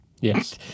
Yes